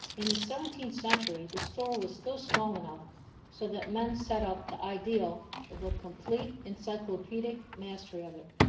in the seventeenth century, the store was still small enough so that men set up the ideal of a complete encyclopedic mastery of it.